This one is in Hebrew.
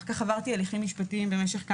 אחר כך עברתי הליכים משפטיים כמה שנים.